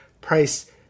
Price